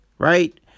Right